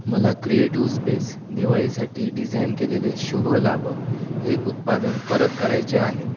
मला creative space दिवाळीसाठी design केलेले शुभ लाभ हे उत्पादन परत करायचे आहे